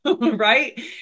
right